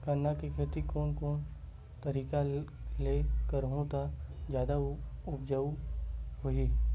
गन्ना के खेती कोन कोन तरीका ले करहु त जादा उपजाऊ होही?